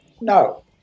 No